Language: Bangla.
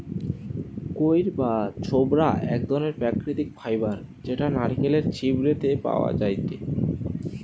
কইর বা ছোবড়া এক ধরণের প্রাকৃতিক ফাইবার যেটা নারকেলের ছিবড়ে তে পাওয়া যায়টে